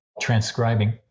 transcribing